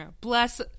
Bless